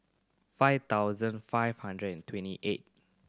five thousand five hundred and twenty eight